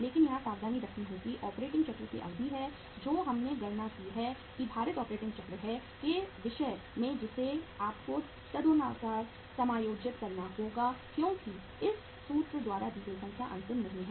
लेकिन यहां सावधानी रखनी होगी ऑपरेटिंग चक्र की अवधि है जो हमने गणना की है कि भारित ऑपरेटिंग चक्र है के विषय में जिसे आपको तदनुसार समायोजित करना होगा क्योंकि इस सूत्र द्वारा दी गई संख्या अंतिम नहीं है